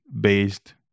based